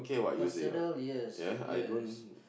personal yes yes